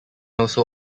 also